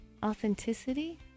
authenticity